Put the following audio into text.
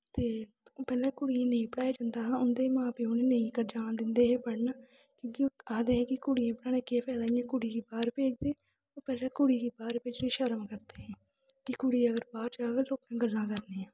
ते पैह्लें कुड़ियें गी नेईं पढ़ाया जंदा हा उं'दे मां प्यो नेईं जान दिंदे हे पढ़न क्योंकि आखदे हे कुड़ियें गी पढ़ने दा केह् फैदा इ'यां कुड़ी गी बाह्र भेजदे पैह्लें कुड़ी गी बाह्र भेजने च शर्म करदे हे कि कुड़ी अगर बाह्र जाह्ग लोकें गल्लां करनियां